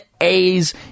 A's